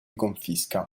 confisca